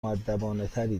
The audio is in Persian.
مودبانهتری